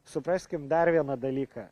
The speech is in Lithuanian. supraskim dar vieną dalyką